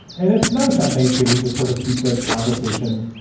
and it's nice on thanksgiving to sort of keep the conversation,